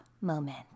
moment